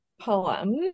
poem